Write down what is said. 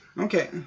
Okay